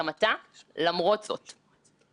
אני מקווה מאוד שזה אפיזודה זמנית.